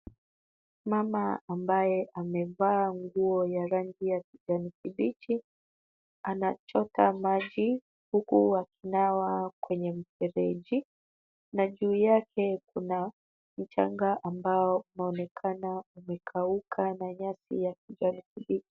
Mama ambaye amevaa nguo ya rangi ya kijani kibichi anachota maji huku akinawa kwenye mfereji na juu yake kuna mchanga ambayo inaonekana umekauka na nyasi ya kijani kibichi.